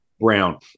Brown